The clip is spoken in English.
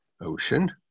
ocean